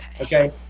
Okay